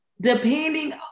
Depending